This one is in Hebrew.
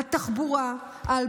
התחבורה, ההלבשה,